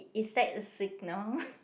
is that a signal